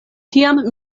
tiam